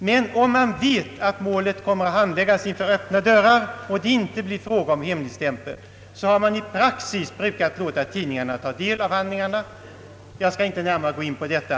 Men om man vet att målet kommer att handläggas inför öppna dörrar — och det alltså inte blir fråga om hemligstämpling — har praxis varit att tidningsmännen får ta del av utdragen. Jag skall inte nu närmare gå in på detta.